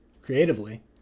creatively